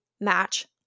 match